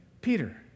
Peter